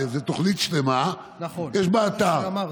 זו תוכנית שלמה, יש בה אתר.